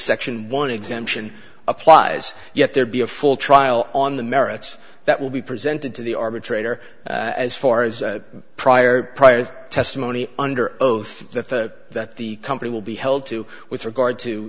section one exemption applies yet there be a full trial on the merits that will be presented to the arbitrator as far as prior prior testimony under oath that the company will be held to with regard to